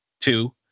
two